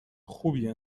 خوبیه